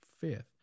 fifth